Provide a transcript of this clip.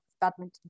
badminton